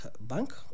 bank